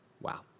Wow